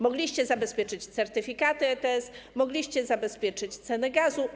Mogliście zabezpieczyć certyfikaty ETS, mogliście zabezpieczyć ceny gazu.